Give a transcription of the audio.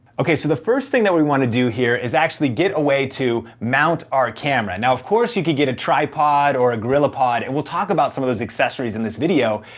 okay, so the first thing that we wanna do here is actually get a way to mount our camera. now of course, you can get a tripod or a gorillapod. and we'll talk about some of those accessories in this video.